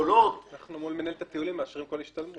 מאשכולות --- אנחנו מול מנהלת הטיולים מאשרים כל השתלמות.